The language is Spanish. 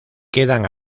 quedan